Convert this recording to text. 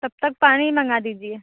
तब तक पानी मंगा दीजिए